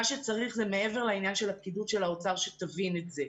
זה מעבר לעניין של הפקידות של האוצר שתבין את זה.